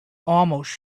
almost